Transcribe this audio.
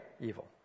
evil